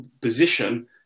position